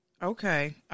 Okay